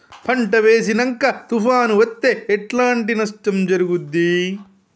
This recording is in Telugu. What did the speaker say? పంట వేసినంక తుఫాను అత్తే ఎట్లాంటి నష్టం జరుగుద్ది?